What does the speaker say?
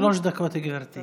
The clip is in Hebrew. שלוש דקות, גברתי.